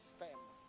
family